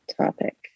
topic